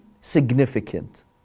significant